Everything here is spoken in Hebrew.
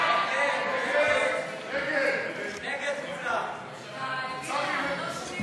הצעת סיעת המחנה הציוני